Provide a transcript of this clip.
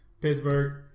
Pittsburgh